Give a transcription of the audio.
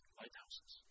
lighthouses